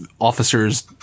officers